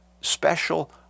special